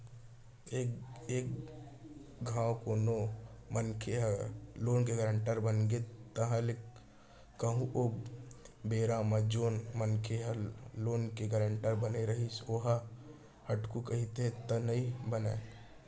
एक घांव कोनो मनसे ह लोन के गारेंटर बनगे ताहले कहूँ ओ बेरा म जेन मनसे ह लोन के गारेंटर बने रहिथे ओहा हटहू कहिथे त नइ बनय